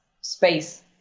space